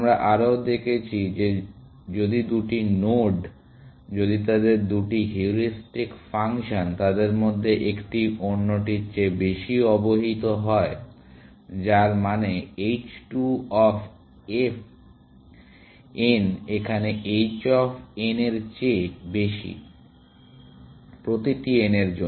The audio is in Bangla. আমরা আরও দেখেছি যে যদি দুটি নোড যদি তাদের দুটি হিউরিস্টিক ফাংশন তাদের মধ্যে একটি অন্যটির চেয়ে বেশি অবহিত হয় যার মানে h 2 অফ n এখানে h 1 অফ n এর চেয়ে বেশি প্রতিটি n এর জন্য